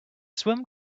swim